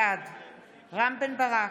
בעד רם בן ברק,